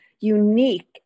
unique